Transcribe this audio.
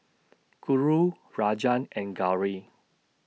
Guru Rajan and Gauri